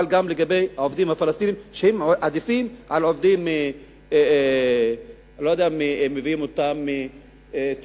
אבל גם לגבי העובדים הפלסטינים שעדיפים על עובדים שמביאים אותם מטורקיה,